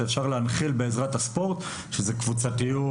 ואפשר להנחיל באמצעות הספורט: קבוצתיות,